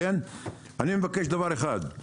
אני מבקש דבר אחד.